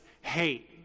hate